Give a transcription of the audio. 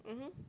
mmhmm